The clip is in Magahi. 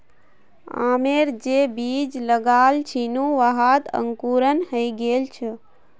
आमेर जे बीज लगाल छिनु वहात अंकुरण हइ गेल छ